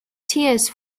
tears